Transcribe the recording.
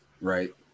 right